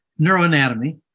neuroanatomy